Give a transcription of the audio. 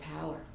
power